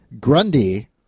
Grundy